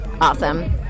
Awesome